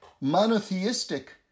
monotheistic